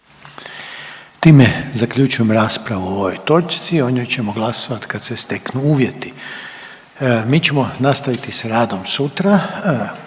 Time zaključujem raspravu o ovoj točci, o njoj ćemo glasovati kad se steknu uvjeti. Mi ćemo nastaviti s radom sutra,